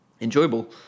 enjoyable